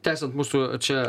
tęsiant mūsų čia